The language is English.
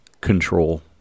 control